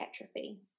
atrophy